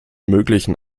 möglichen